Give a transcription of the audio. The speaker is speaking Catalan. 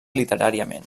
literàriament